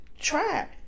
try